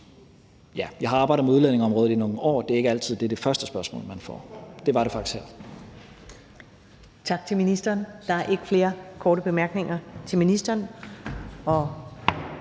Jeg har arbejdet med udlændingeområdet i nogle år, og det er ikke altid, det er det første spørgsmål, man får. Det var det faktisk her.